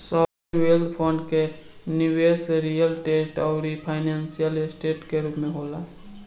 sovereign wealth fund के निबेस real estate आउरी फाइनेंशियल ऐसेट के रूप में होला